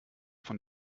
von